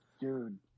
dude